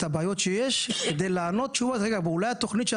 את הבעיות שיש כדי לבדוק אם התכנית,